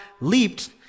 leaped